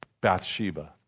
Bathsheba